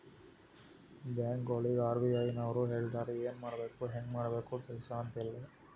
ಬ್ಯಾಂಕ್ಗೊಳಿಗ್ ಆರ್.ಬಿ.ಐ ನವ್ರು ಹೇಳ್ತಾರ ಎನ್ ಮಾಡ್ಬೇಕು ಹ್ಯಾಂಗ್ ಮಾಡ್ಬೇಕು ಕೆಲ್ಸಾ ಅಂತ್ ಎಲ್ಲಾ